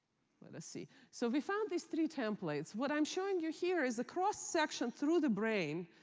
let's see. so we found these three templates. what i'm showing you here is a cross-section through the brain,